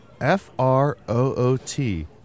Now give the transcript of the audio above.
F-R-O-O-T